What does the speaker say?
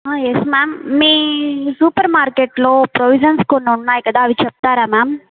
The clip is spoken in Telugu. ఆ ఎస్ మ్యామ్ మీ సూపర్ మార్కెట్లో ప్రొవిజన్స్ కొన్ని ఉన్నాయి కదా అవి చెప్తారా మ్యామ్